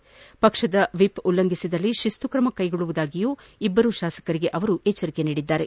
ಒಂದೊಮ್ಮೆ ಪಕ್ಷದ ವಿಪ್ ಉಲ್ಲಂಘಿಸಿದರೆ ಶಿಸ್ತು ಕ್ರಮ ಕೈಗೊಳ್ಳುವುದಾಗಿ ಇಬ್ಬರೂ ಶಾಸಕರಿಗೆ ಎಚ್ಚರಿಕೆ ನೀಡಿದ್ದಾರೆ